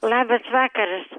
labas vakaras